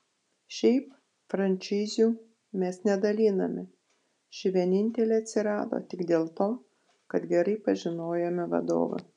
šiaip frančizių mes nedaliname ši vienintelė atsirado tik dėl to kad gerai pažinojome vadovą